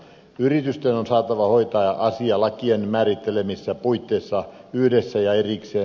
yritysten on saatava hoitaa asia lakien määrittelemissä puitteissa yhdessä ja erikseen